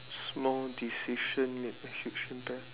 small decision made a huge impact